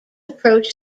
approach